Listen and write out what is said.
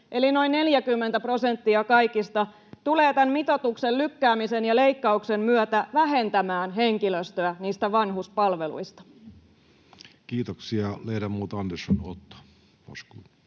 eli noin 40 prosenttia kaikista — tulevat tämän mitoituksen lykkäämisen ja leikkauksen myötä vähentämään henkilöstöä niistä vanhuspalveluista? Kiitoksia. — Ledamot Andersson, Otto,